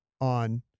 on